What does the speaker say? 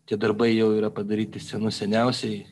tie darbai jau yra padaryti senų seniausiai